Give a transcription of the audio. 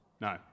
No